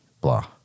blah